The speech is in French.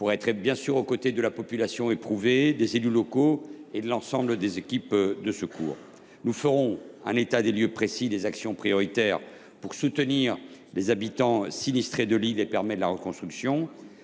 afin d’être aux côtés de la population éprouvée, des élus locaux et de l’ensemble des équipes de secours. Nous ferons un état des lieux précis des actions prioritaires pour soutenir les habitants sinistrés de l’île et permettre la reconstruction.